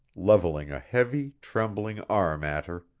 levelling a heavy, trembling arm at her.